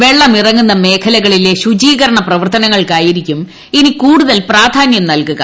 വെള്ളമിറങ്ങുന്ന മേഖകളിലെ ശുചീകരണ പ്രവർത്തനങ്ങൾക്കായിരിക്കും ഇനി കൂടുതൽ പ്രാധാന്യം നൽകുക